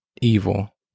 evil